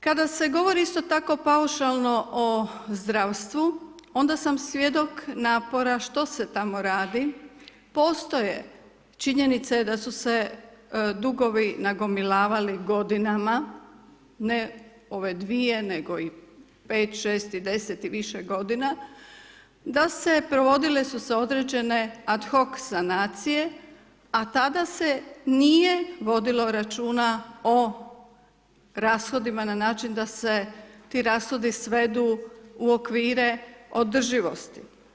Kada se govori isto tako paušalno o zdravstvu, onda sam svjedok napora što se tamo radi, postoje činjenica je da su se dugovi nagomilavali godinama, ne ove dvije, nego 5, 6i 10 i više g. da se provodile su se određene ad hoc sanacije, a tada se nije vodilo računa o rashodima na način da se ti rashodi svedu u okvire održivosti.